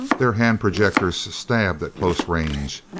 their hand projectors stabbed at close range.